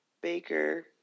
Baker